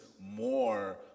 more